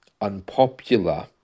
unpopular